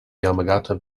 yamagata